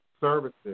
services